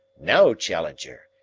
now, challenger,